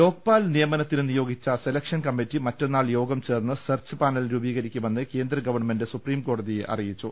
ലോക്പാൽ നിയമനത്തിന് നിയോഗിച്ച selection committee മറ്റന്നാൾ യോഗം ചേർന്ന് സെർച്ച് പാനൽ രൂപീകരിക്കുമെന്ന് കേന്ദ്രഗവൺമെന്റ് സുപ്രീംകോടതിയെ അറിയിച്ചു